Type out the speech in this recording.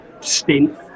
stint